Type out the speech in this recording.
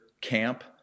camp